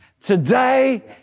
today